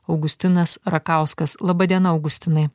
augustinas rakauskas laba diena augustinai